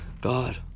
God